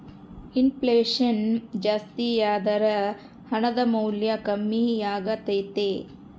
ಇನ್ ಫ್ಲೆಷನ್ ಜಾಸ್ತಿಯಾದರ ಹಣದ ಮೌಲ್ಯ ಕಮ್ಮಿಯಾಗತೈತೆ